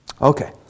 Okay